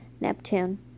Neptune